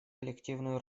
коллективную